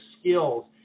skills